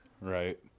right